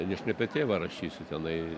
aš ne apie tėvą rašysiu tenai